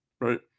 Right